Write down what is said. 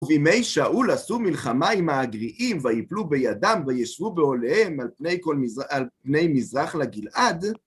ובימי שאול עשו מלחמה עם האגרעים, ויפלו בידם וישבו בעולהם על פני מזרח לגלעד.